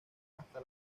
hasta